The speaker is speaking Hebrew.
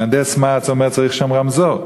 מהנדס מע"צ אומר: צריך שם רמזור,